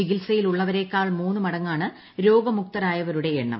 ചികിത്സയിലുള്ളവരെക്കാൾ മൂന്ന് മടങ്ങാണ് രോഗമുക്തരായവരുടെ എണ്ണം